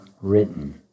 written